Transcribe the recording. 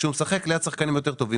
כשהוא משחק ליד שחקנים יותר טובים,